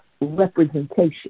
representation